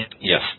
Yes